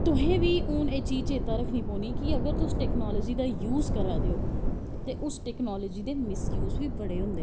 तुसें बी एह् चीज़ चेत्ता रक्खनी पौंनी कि अगर टैकनॉलजी दा यूज़ करा दे हो ते उस टैकनॉलजी दे मिसयूज़ बी बड़े होंदे न